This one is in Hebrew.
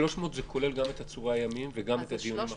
ה-300 זה כולל גם את עצורי הימים וגם את הדיונים האחרים?